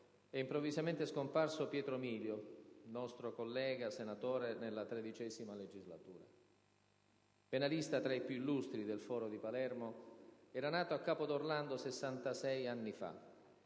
è improvvisamente scomparso Pietro Milio, nostro collega senatore della XIII legislatura. Penalista tra i più illustri del foro di Palermo, era nato a Capo d'Orlando 66 anni fa: